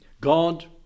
God